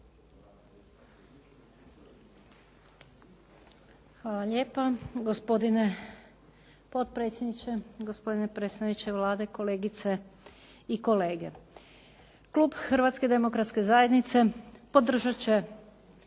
Hvala lijepa. Gospodine potpredsjedniče, gospodine predstavniče Vlade, kolegice i kolege. Klub Hrvatske demokratske zajednice podržat će